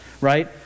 right